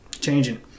changing